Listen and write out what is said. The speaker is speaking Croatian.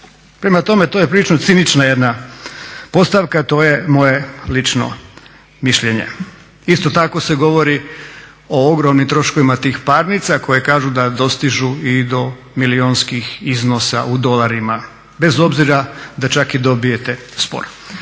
Prema tome, to je prilično cinična jedna postavka, to je moje lično mišljenje. Isto tako se govori o ogromnim troškovima tih parnica koje kažu da dostižu i do milijunskih iznosa u dolarima bez obzira da čak i dobijete spor.